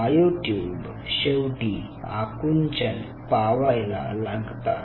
myotube शेवटी आकुंचन पावायला लागतात